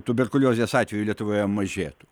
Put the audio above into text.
tuberkuliozės atvejų lietuvoje mažėtų